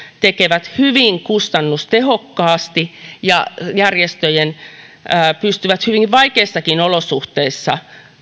tekevät työtään hyvin kustannustehokkaasti ja järjestöt pystyvät hyvin vaikeissakin olosuhteissa